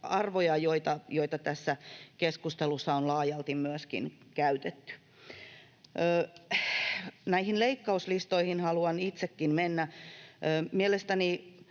arvoja, joita tässä keskustelussa on laajalti myöskin käytetty. Näihin leikkauslistoihin haluan itsekin mennä. Kun äsken